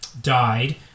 died